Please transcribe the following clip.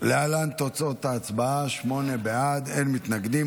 להלן תוצאות ההצבעה: שמונה בעד, אין מתנגדים.